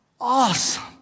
awesome